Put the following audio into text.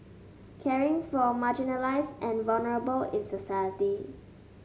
caring for marginalized and vulnerable in society